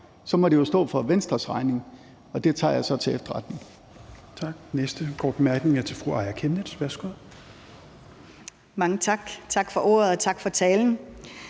må det jo stå for Venstres regning. Det tager jeg så til efterretning.